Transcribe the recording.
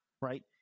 right